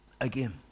Again